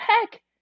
heck